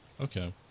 Okay